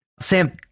Sam